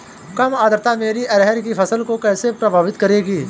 कम आर्द्रता मेरी अरहर की फसल को कैसे प्रभावित करेगी?